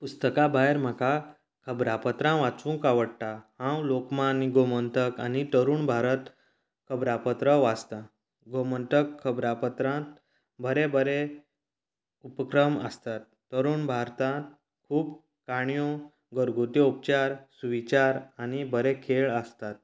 पुस्तकां भायर म्हाका खबरापत्रां वाचूंक आवडटा हांव लोकमत गोमंतक आनी तरुण भारत खबरापत्र वाचतां गोमंटक खबरापत्रांत बरे बरे उपक्रम आसतात तरुण भारतां खूब काणयो घरगुती उपचार सुविचार आनी बरे खेळ आसतात